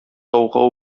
тауга